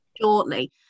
shortly